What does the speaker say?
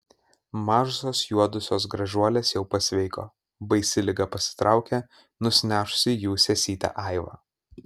mažosios juodosios gražuolės jau pasveiko baisi liga pasitraukė nusinešusi jų sesytę aivą